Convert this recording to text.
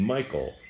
Michael